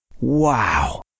Wow